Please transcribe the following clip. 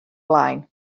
blaen